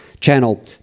channel